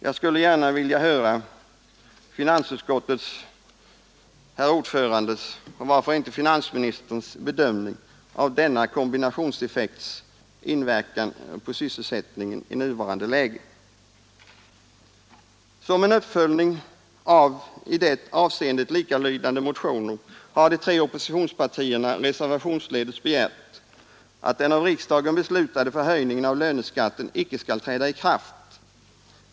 Jag skulle gärna vilja höra finansutskottets ordförandes — och varför inte finansministerns — bedömning av denna kombinationseffekts inverkan på syssels: Som en uppföljning av i det avseendet likalydande motioner har de tre ättningen i nuvarande läge oppositionspartierna reservationsledes begärt, att den av riksdagen beslutade förhöjningen av löneskatten inte skall träda i kraft.